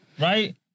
right